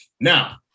Now